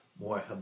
more